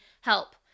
help